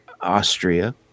Austria